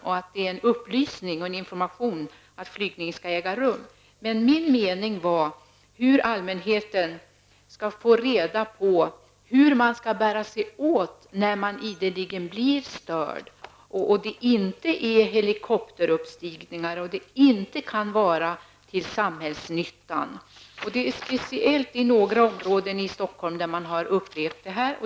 Men jag undrar hur allmänheten skall få reda på hur man skall bära sig åt när man ideligen blir störd och det inte är fråga om helikopteruppstigningar och det inte kan ha med samhällsnyttan att göra. Det är speciellt i vissa områden i Stockholm som man har upplevt det här.